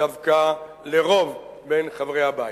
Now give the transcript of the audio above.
דווקא לרוב בין חברי הבית.